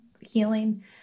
healing